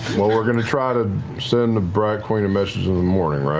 well, we're going to try to send the bright queen a message in the morning,